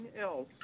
else